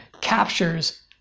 captures